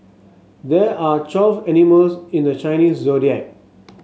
there are twelve animals in the Chinese Zodiac